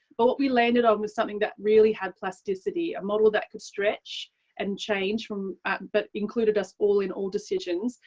but what we landed on was something that really had place tisty, a model that could stretch and chain, but included us all in all decisions,